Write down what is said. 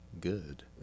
good